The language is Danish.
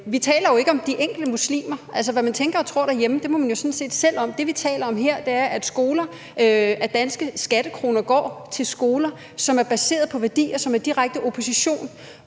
Vi taler jo ikke om de enkelte muslimer. Hvad man tænker og tror derhjemme, må man jo sådan set selv om. Det, vi taler om her, er, at danske skattekroner går til skoler, som er baseret på værdier, som er i direkte opposition.